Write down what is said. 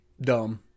dumb